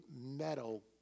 metal